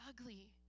ugly